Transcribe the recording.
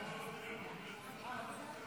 אדוני היושב-ראש.